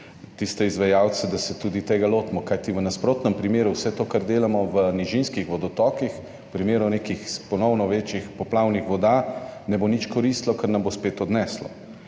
tiste izvajalce, da se tudi tega lotimo, kajti v nasprotnem primeru vse to, kar delamo v nižinskih vodotokih v primeru nekih ponovno večjih poplavnih voda ne bo nič koristilo, kar nam bo spet odneslo.